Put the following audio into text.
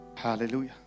Hallelujah